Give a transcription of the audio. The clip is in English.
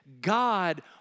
God